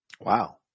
Wow